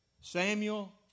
Samuel